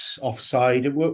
offside